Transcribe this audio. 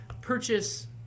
purchase